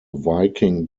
viking